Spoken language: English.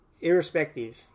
irrespective